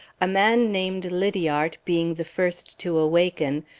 a man named lydiart, being the first to awaken,